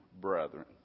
brethren